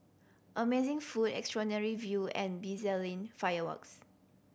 amazing food extraordinary view and bedazzling fireworks